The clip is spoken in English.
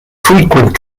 frequent